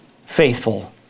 faithful